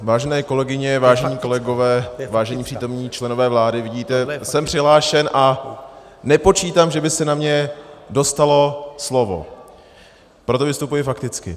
Vážené kolegyně, vážení kolegové, vážení přítomní členové vlády, vidíte, jsem přihlášen a nepočítám, že by se na mě dostalo slovo, proto vystupuji fakticky.